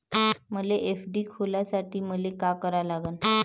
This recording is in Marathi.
मले एफ.डी खोलासाठी मले का करा लागन?